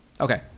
okay